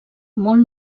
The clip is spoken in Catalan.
molt